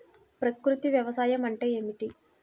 ప్రకృతి వ్యవసాయం అంటే ఏమిటి?